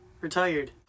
Retired